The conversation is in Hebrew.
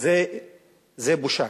זה בושה,